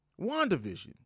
WandaVision